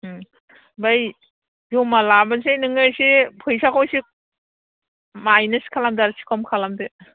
ओमफाय जमा लाबोनोसै नोङो एसे फैसाखौ एसे माइनास खालामदो आरो एसे खम खालामदो